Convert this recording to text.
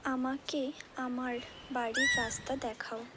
আমাকে আমার বাড়ির রাস্তা দেখাও